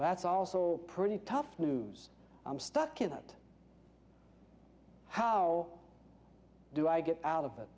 that's also pretty tough news i'm stuck in that how do i get out of it